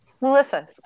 Melissa